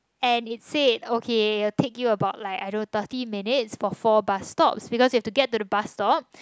and it said okay it will take you about thirty minutes for four bus stops because you have to get to the bus stop